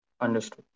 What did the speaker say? Understood